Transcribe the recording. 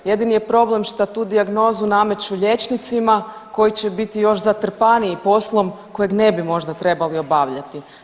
Jedini je problem šta tu dijagnozu nameću liječnicima koji će biti još zatrpaniji poslom kojeg ne bi možda trebali obavljati.